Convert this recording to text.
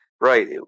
right